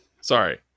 Sorry